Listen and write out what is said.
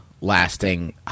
lasting